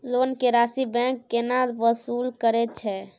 Loan के राशि bank केना वसूल करे छै?